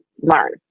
learn